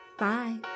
Bye